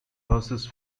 buses